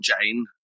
Jane